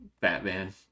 Batman